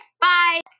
bye